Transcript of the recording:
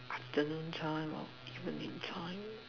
afternoon time or evening time